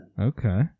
okay